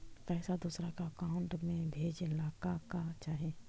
पैसा दूसरा के अकाउंट में भेजे ला का का चाही?